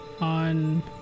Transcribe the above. on